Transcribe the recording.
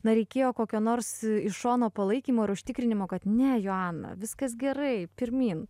na reikėjo kokio nors iš šono palaikymo ir užtikrinimo kad ne joana viskas gerai pirmyn